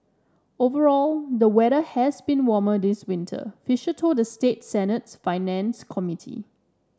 overall the weather has been warmer this winter Fisher told the state Senate's Finance Committee